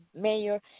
mayor